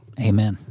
Amen